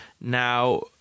Now